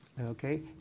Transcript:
Okay